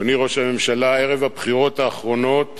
אדוני ראש הממשלה, ערב הבחירות האחרונות